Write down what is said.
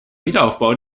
wiederaufbau